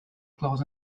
claus